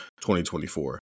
2024